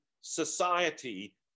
society